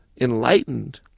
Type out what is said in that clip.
enlightened